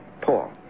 Paul